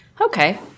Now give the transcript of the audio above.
Okay